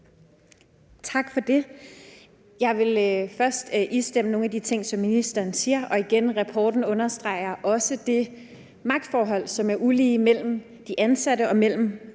Tak for det. Jeg vil først istemme nogle af de ting, ministeren siger, og igen sige, at rapporten understreger også det ulige magtforhold, som der er mellem de ansatte og